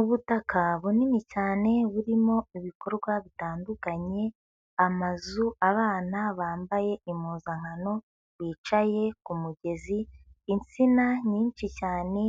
Ubutaka bunini cyane burimo ibikorwa bitandukanye amazu, abana bambaye impuzankano bicaye ku mugezi, insina nyinshi cyane,